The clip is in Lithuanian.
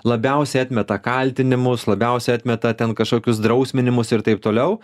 labiausiai atmeta kaltinimus labiausiai atmeta ten kažkokius drausminimus ir taip toliau